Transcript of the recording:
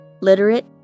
literate